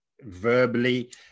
verbally